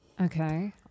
Okay